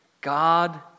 God